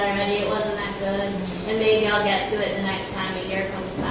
it wasn't that good and maybe i'll get to it the next time a year goes